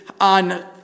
on